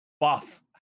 buff